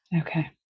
Okay